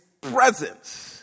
presence